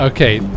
Okay